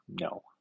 no